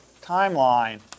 timeline